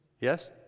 Yes